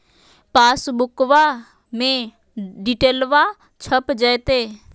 पासबुका में डिटेल्बा छप जयते?